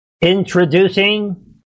introducing